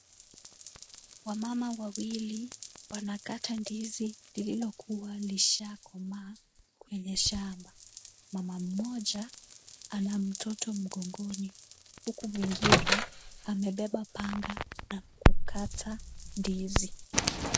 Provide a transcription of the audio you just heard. Wamama wawili wanakata ndizi lililokuwa lishakomaa kwenye shamba, mama mmoja ana mtoto mgongoni, huku mwingine amebeba panga la kukata ndizi.